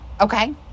Okay